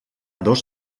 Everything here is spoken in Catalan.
dos